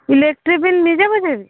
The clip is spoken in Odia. ଇଲେକ୍ଟ୍ରି ବିଲ୍ ନିଜେ ବୁଝେଇବି